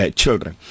children